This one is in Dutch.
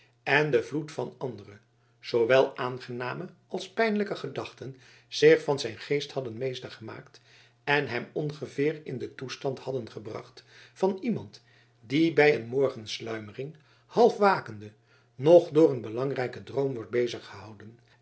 en de vloed van andere zoowel aangename als pijnlijke gedachten zich van zijn geest hadden meester gemaakt en hem ongeveer in den toestand hadden gebracht van iemand die bij een morgensluimering half wakende nog door een belangrijken droom